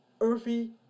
earthy